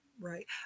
right